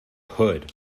hood